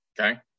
Okay